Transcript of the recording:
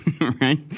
right